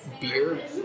beer